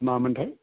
मामोनथाय